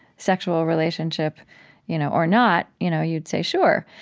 sexual relationship you know or not? you know you'd say, sure.